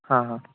हां हां